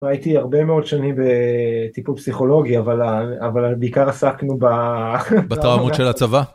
הייתי הרבה מאוד שנים בטיפול פסיכולוגי אבל בעיקר עסקנו ב... -בטראומות של הצבא.